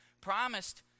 promised